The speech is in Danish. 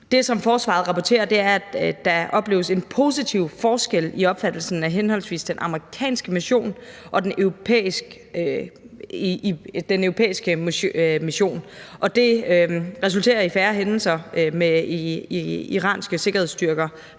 forsvaret rapporterer, er, at der opleves en positiv forskel i opfattelsen af henholdsvis den amerikanske mission og den europæiske mission. Og det resulterer i færre hændelser med iranske sikkerhedsstyrker